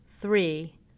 Three